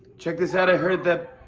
check this out. i heard that